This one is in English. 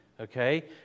Okay